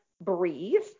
breathe